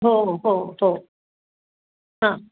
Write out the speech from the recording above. हो हो हो हो हां